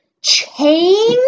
chain